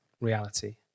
reality